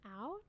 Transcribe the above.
out